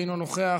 אינו נוכח,